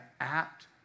apt